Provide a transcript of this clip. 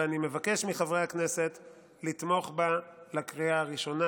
ואני מבקש מחברי הכנסת לתמוך בה בקריאה הראשונה.